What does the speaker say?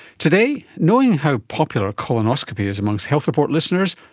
today, knowing how popular colonoscopy is amongst health report listeners,